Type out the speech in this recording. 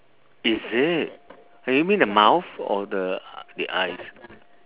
is it eh you mean the mouth or the the eyes